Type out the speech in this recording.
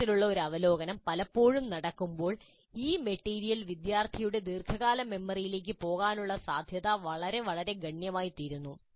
ഇത്തരത്തിലുള്ള ഒരു അവലോകനം പലപ്പോഴും നടക്കുമ്പോൾ ഈ മെറ്റീരിയൽ വിദ്യാർത്ഥിയുടെ ദീർഘകാല മെമ്മറിയിലേക്ക് പോകാനുള്ള സാധ്യത വളരെ വളരെ ഗണ്യമായിത്തീരുന്നു